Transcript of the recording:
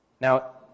Now